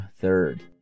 third